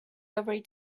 every